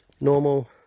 normal